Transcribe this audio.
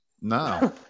no